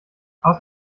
aus